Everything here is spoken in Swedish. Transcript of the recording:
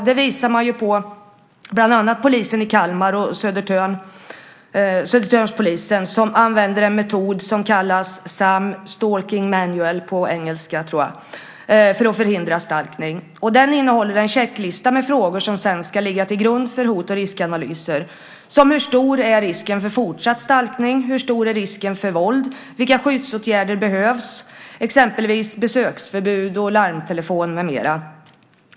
Det visar bland annat polisen i Kalmar och Södertörnspolisen som använder en metod som kallas SAM, stalking manual tror jag det heter på engelska, för att förhindra stalkning. Den innehåller en checklista med frågor som sedan ska ligga till grund för hot och riskanalyser, som hur stor risken är för fortsatt stalkning, hur stor risken är för våld, vilka skyddsåtgärder som behövs, exempelvis besöksförbud, larmtelefon med mera.